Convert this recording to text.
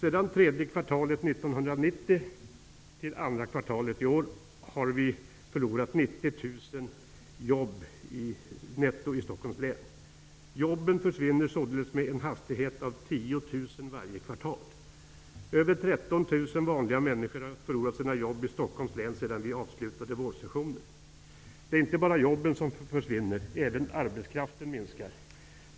Från tredje kvartalet 1990 och fram till andra kvartalet i år har vi förlorat 90 000 jobb netto i Stockholms län. Det försvinner således 10 000 jobb varje kvartal. Över 13 000 vanliga människor har förlorat sina jobb i Stockholms län sedan vi avslutade vårsessionen. Det är inte bara jobben som försvinner. Även arbetskraften minskar.